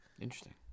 Interesting